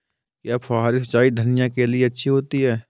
क्या फुहारी सिंचाई धनिया के लिए अच्छी होती है?